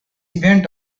event